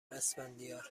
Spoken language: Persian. اسفندیار